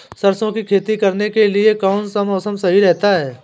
सरसों की खेती करने के लिए कौनसा मौसम सही रहता है?